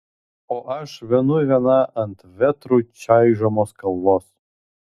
o aš vienui viena ant vėtrų čaižomos kalvos